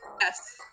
Yes